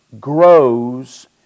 grows